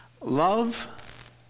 Love